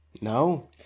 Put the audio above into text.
No